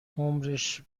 عمرش